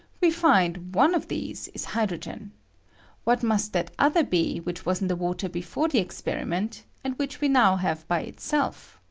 we find one of these is hydrogen what mast that other be which was in the water before the experiment, and which we now have by itself?